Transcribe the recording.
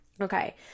Okay